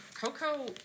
Coco